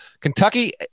Kentucky